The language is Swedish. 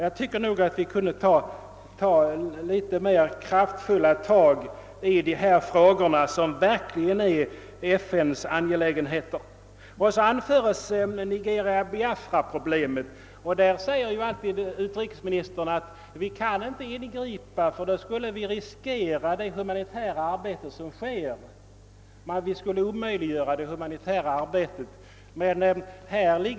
Jag anser att vi borde ta mer kraftfulla tag i dessa frågor som gäller FN:s angelägenheter. I svaret berörs också Nigeria-Biafraproblemet. Om detta säger utrikesministern alltid att vi inte politiskt kan ingripa via FN, ty då skulle vi riskera det humanitära arbete som uträttas.